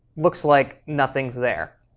looks like nothing's there.